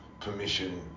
permission